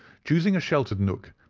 choosing a sheltered nook,